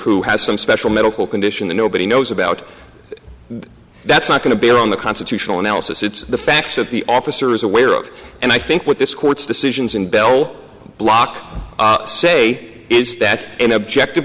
who has some special medical condition that nobody knows about that's not going to bear on the constitutional analysis it's the facts of the officer is aware of it and i think what this court's decisions in bell block say is that in objective